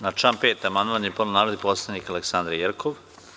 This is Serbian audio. Na član 5. amandman je podnela narodni poslanik Aleksandra Jerkov.